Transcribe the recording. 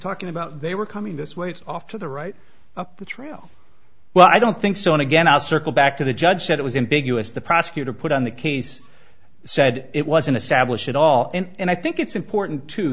talking about they were coming this way it's off to the right up the trail well i don't think so and again i'll circle back to the judge said it was in big us the prosecutor put on the case said it wasn't established at all and i think it's important to